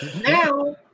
now